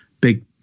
big